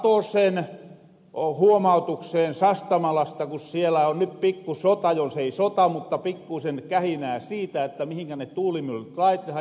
satosen huomautukseen sastamalasta kun siellä on nyt pikku sota jos ei sota mutta pikkuusen kähinää siitä mihinkä ne tuulimyllyt laitetahan